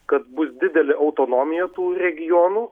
kad bus didelė autonomija tų regionų